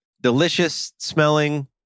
delicious-smelling